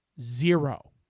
Zero